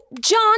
John